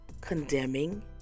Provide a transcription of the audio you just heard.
condemning